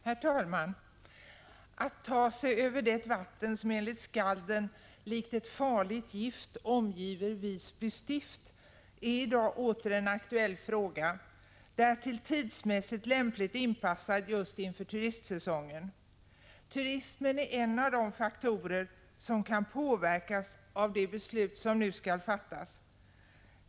Herr talman! Att ta sig över det vatten som enligt skalden likt ett farligt gift omger Visby stift är i dag åter en aktuell fråga — därtill tidsmässigt lämpligt inpassad just inför turistsäsongen. Turismen är en av de faktorer som kan påverkas av de beslut som nu skall fattas.